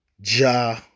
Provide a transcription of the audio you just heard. Ja